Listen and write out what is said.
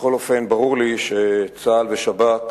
בכל אופן, ברור לי שצה"ל ושב"כ